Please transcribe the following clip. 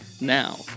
Now